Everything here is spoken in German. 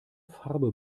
farbe